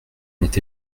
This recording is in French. n’est